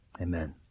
Amen